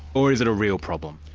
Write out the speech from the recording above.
or is it a real problem?